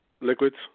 liquids